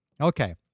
Okay